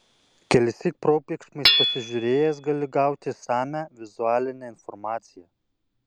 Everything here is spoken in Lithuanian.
kelissyk probėgšmais pasižiūrėjęs gali gauti išsamią vizualinę informaciją